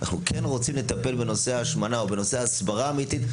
אנחנו רוצים לטפל בנושא ההשמנה ובנושא ההסברה האמיתית.